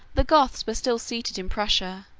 the goths were still seated in prussia.